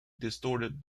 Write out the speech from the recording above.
distorted